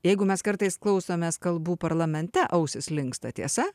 jeigu mes kartais klausomės kalbų parlamente ausys linksta tiesa